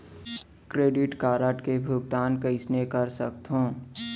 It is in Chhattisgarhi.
क्रेडिट कारड के भुगतान कईसने कर सकथो?